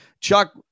Chuck